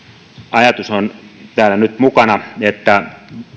ajatus on täällä nyt mukana että